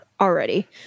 already